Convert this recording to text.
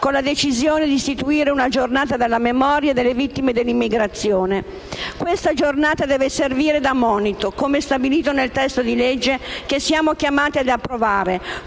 con la decisione di istituire una giornata della memoria delle vittime dell'immigrazione. Questa giornata deve servire da monito, come stabilito nel testo di legge che siamo chiamati ad approvare,